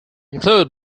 include